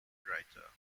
writer